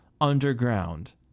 underground